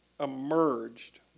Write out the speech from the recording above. emerged